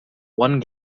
one